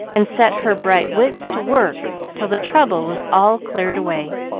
and set her bright wits to work till the trouble was all cleared away,